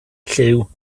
llyw